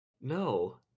No